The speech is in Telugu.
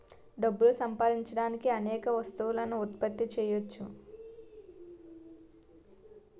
డబ్బులు సంపాదించడానికి అనేక వస్తువులను ఉత్పత్తి చేయవచ్చు